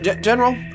General